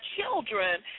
children